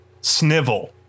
Snivel